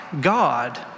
God